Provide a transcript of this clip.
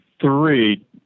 three